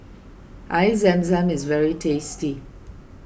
Air Zam Zam is very tasty